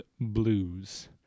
Blues*